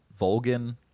Vulgan